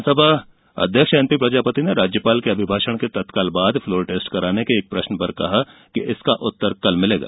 विधानसभा अध्यक्ष N P Prajapati ने राज्यपाल के अभिभाषण के तत्काल बाद फ्लोर टेस्ट कराने के एक प्रश्न पर श्री प्रजापति ने कहा कि इसका उत्तर कल मिलेगा